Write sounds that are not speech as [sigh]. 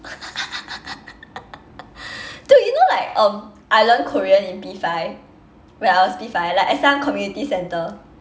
[laughs] dude you know like um I learn korean in P five when I was P five like at some community centre